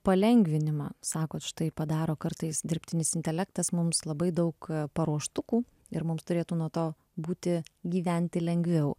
palengvinimą sakot štai padaro kartais dirbtinis intelektas mums labai daug paruoštukų ir mums turėtų nuo to būti gyventi lengviau